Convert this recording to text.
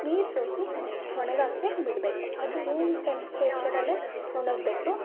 ನೀರು ಸೋಸಿ ನೆ ಒಣಗೋಕೆ ಬಿಡಬೇಕು ಅದು ರೂಮ್ ಟೆಂಪ್ರೆಚರಲ್ಲೇ ಒಣಗಬೇಕು